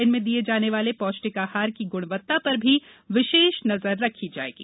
इनमें दिये जाने वाले पौष्टिक आहार की गुणवत्ता पर भी विशेष नजर रखी जायेगी